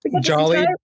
Jolly